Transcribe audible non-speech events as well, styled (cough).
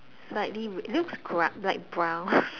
slightly re~ it looks gr~ like brown (breath)